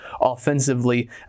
offensively